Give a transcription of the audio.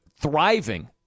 thriving